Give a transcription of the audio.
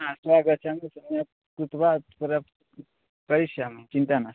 हा सः गच्छतु सम्यक् कृत्वा तत् करिष्यामि चिन्ता नास्ति